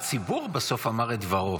חבר הכנסת כץ, הציבור בסוף אמר את דברו.